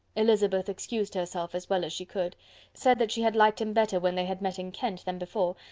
elizabeth excused herself as well as she could said that she had liked him better when they had met in kent than before,